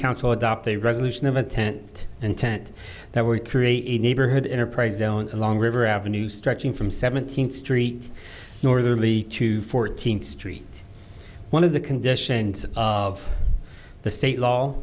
council adopt a resolution of a tent and tent that would create a neighborhood enterprise zone along river avenue stretching from seventeenth street northerly to fourteenth street one of the conditions of the state law